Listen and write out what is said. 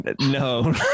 No